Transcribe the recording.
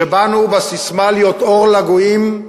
שבאנו בססמה להיות אור לגויים,